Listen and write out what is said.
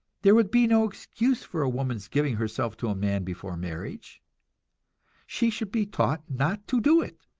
there would be no excuse for a woman's giving herself to a man before marriage she should be taught not to do it,